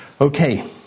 Okay